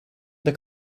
the